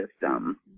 system